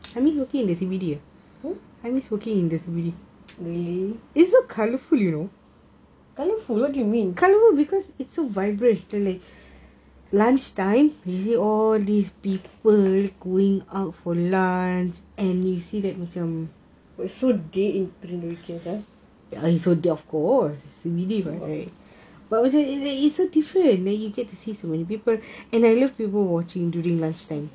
really colourful what do you mean it's so dead in